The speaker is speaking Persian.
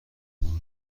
گروه